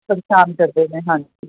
ਪ੍ਰੇਸ਼ਾਨ ਕਰਦੇ ਨੇ ਹਾਂਜੀ